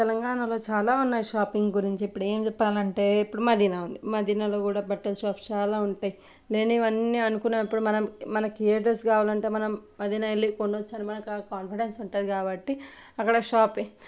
తెలంగాణలో చాలా ఉన్నాయి షాపింగ్ గురించి ఇప్పుడు ఏం చెప్పాలంటే ఇప్పుడు మదీనా ఉంది మదీనాలో కూడా బట్టల షాప్స్ చాలా ఉంటాయి నేను ఇవన్నీ అనుకున్నప్పుడు మనం మనకి ఏ డ్రెస్ కావాలంటే మనం మదీనా వెళ్ళి కొనచ్చు అనమా మనకు ఆ కాన్ఫిడెన్స్ ఉంటుంది కాబట్టి అక్కడ షాపింగ్